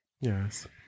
Yes